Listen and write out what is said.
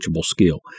skill